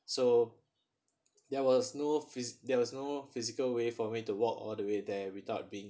so there was no phys~ there was no physical way for me to walk all the way there without being